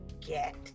get